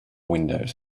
windows